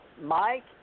Mike